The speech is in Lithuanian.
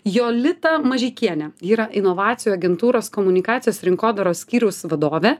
jolitą mažeikienę ji yra inovacijų agentūros komunikacijos rinkodaros skyriaus vadovė